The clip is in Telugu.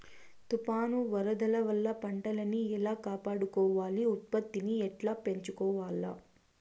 తుఫాను, వరదల వల్ల పంటలని ఎలా కాపాడుకోవాలి, ఉత్పత్తిని ఎట్లా పెంచుకోవాల?